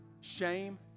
shame